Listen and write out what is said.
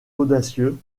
audacieux